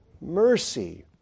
mercy